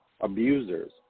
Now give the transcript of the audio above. abusers